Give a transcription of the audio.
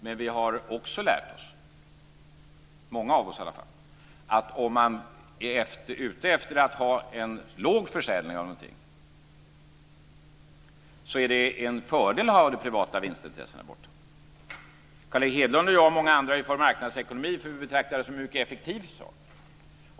Men vi har också - åtminstone många av oss - lärt oss att om man vill ha en låg försäljning av någonting är det en fördel att hålla de privata vinstintressena borta. Carl Erik Hedlund, jag och många andra vill ha en marknadsekonomi därför att vi betraktar den som mycket effektiv.